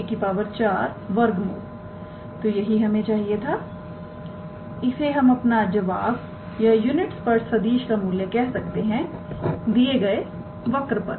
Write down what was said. तो यही हमें चाहिए था इसे हम अपना जवाब या यूनिट स्पर्श सदिशका मूल्य कह सकते हैं दिए गए वक्र पर